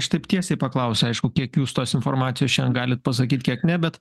aš taip tiesiai paklausiu aišku kiek jūs tos informacijos šiandien galit pasakyt kiek ne bet